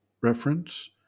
Reference